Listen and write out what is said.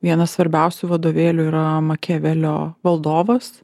vienas svarbiausių vadovėlių yra makiavelio valdovas